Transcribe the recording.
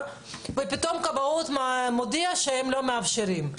ופתאום אנשי הכבאות יודיעו שהם לא מאפשרים.